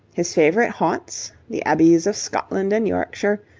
his favourite haunts, the abbeys of scotland and yorkshire,